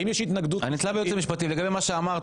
האם יש התנגדות משפטית --- אני נתלה בייעוץ המשפטי לגבי מה שאמרת.